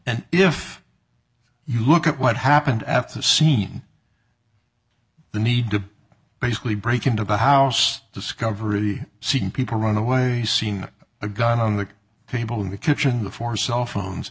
and if you look at what happened after the scene the need to basically break into the house discovery seeing people run away you seen a gun on the table in the kitchen before cellphones